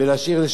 לכן אני אומר,